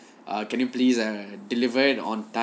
ah can you please uh delivered it on time